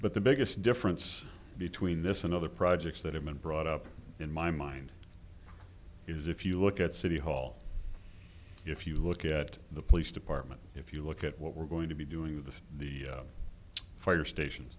but the biggest difference between this and other projects that have been brought up in my mind is if you look at city hall if you look at the police department if you look at what we're going to be doing with the fire stations